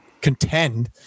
contend